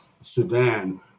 Sudan